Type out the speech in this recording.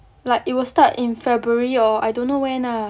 like it will start in february or I don't know when ah